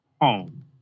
home